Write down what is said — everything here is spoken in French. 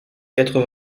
quatre